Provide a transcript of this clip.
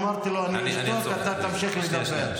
אמרתי לו: אני אשתוק, אתה תמשיך לדבר.